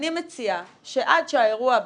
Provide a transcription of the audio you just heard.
אני מציעה שעד שהאירוע הביטחוני,